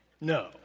No